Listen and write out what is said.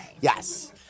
Yes